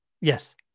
Yes